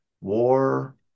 war